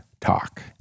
talk